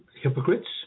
hypocrites